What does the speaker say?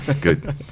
good